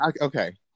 okay